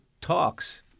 talks